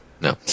No